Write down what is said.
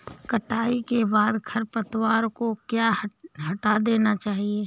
कटाई के बाद खरपतवार को क्यो हटा देना चाहिए?